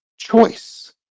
choice